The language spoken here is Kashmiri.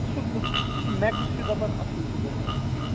اَصٕل کُس چھُ مٮ۪کٕس چھِ دَپان اَصٕل چھُ گژھان